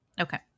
okay